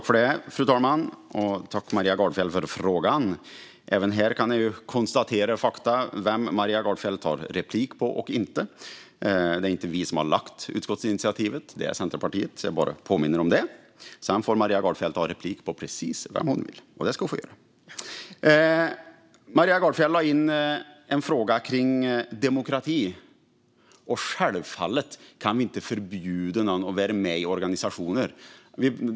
Fru talman! Jag tackar Maria Gardfjell för frågan. Även här kan jag konstatera fakta och vem Maria Gardfjell tar replik på och inte. Det är inte vi som har tagit detta utskottsinitiativ, utan det är Centerpartiet. Jag bara påminner om det. Sedan får Maria Gardfjell ta replik på precis vem hon vill. Maria Gardfjell ställde en fråga om demokrati. Självfallet kan vi inte förbjuda någon att vara med i organisationer.